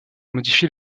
modifier